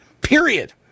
period